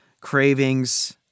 cravings